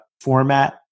format